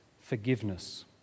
forgiveness